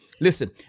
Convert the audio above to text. Listen